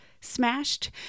smashed